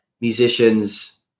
musicians